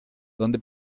donde